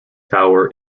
tower